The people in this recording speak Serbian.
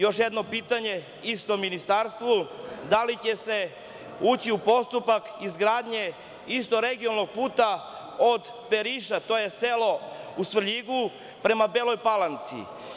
Još jedno pitanje istom ministarstvu – da li će se ući u postupak izgradnje istog regionalnog puta od Beriša, to je selo u Svrljigu prema Beloj Palanci?